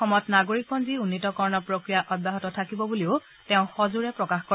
অসমত নাগৰিকপঞ্জী উন্নীতকৰণৰ প্ৰক্ৰিয়া অব্যাহত থাকিব বুলিও তেওঁ সজোৰে প্ৰকাশ কৰে